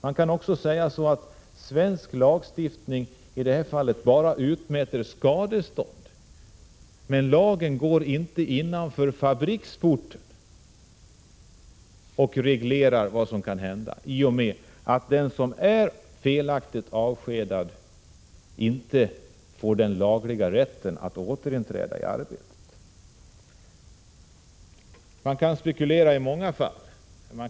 Man kan också säga att svensk lagstiftning i det här fallet bara utmäter skadestånd men att lagen inte går innanför fabriksporten och reglerar vad som kan hända där, så att den som är felaktigt avskedad får den lagliga rätten att återinträda i arbetet. Man kan spekulera i många fall.